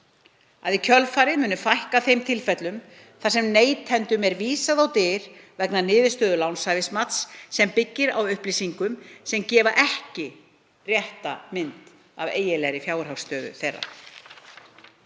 að í kjölfarið muni fækka þeim tilfellum þar sem neytendum er vísað á dyr vegna niðurstöðu lánshæfismats sem byggist á upplýsingum sem gefa ekki rétta mynd af fjárhagsstöðu þeirra.“